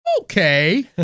okay